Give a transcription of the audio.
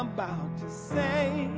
i'm about to say